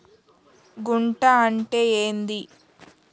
గుంట అంటే ఏంది?